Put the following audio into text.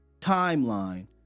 timeline